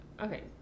Okay